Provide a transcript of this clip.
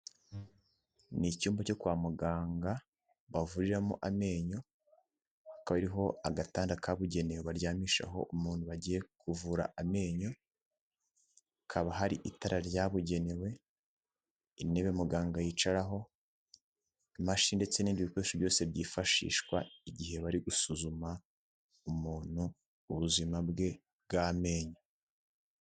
N'icyumba cyo kwa muganga bavuriramo amenyo, ikaba iriho agatanda kabugenewe baryamishaho umuntu bagiye kuvura amenyo, hakaba hari itara ryabugenewe, intebe muganga yicaraho, imashini ndetse n'indi bikoresho byose byifashishwa igihe bari gusuzuma umuntu ubuzima bwe bw'amenyo.